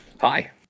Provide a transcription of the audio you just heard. Hi